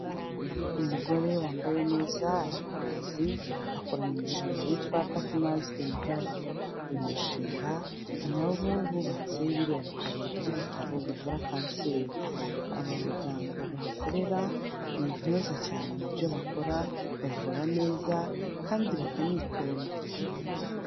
Umugore wambaye neza aje mu kazi, akora mu mushinga witwa Partners in Health, uyu mushinga ni na bo bubatse biriya bitaro by'ibutaro bivura kanseri, aba baganga bahakorera, ni intyoza cyane mu byo bakora, bavura neza kandi bakanitonda.